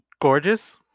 gorgeous